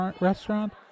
restaurant